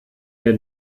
der